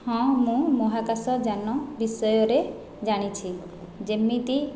ହଁ ମୁଁ ମହାକାଶଯାନ ବିଷୟରେ ଜାଣିଛି ଯେମିତି